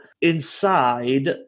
inside